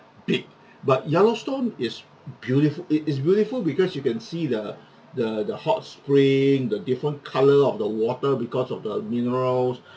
big but yellowstone is beautiful it is beautiful because you can see the the the hot spring the different colour of the water because of the minerals